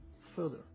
further